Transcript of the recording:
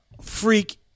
freak